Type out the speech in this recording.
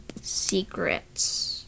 Secrets